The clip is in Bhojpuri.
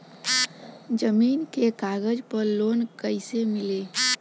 जमीन के कागज पर लोन कइसे मिली?